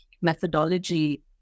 methodology